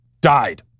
died